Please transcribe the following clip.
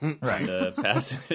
right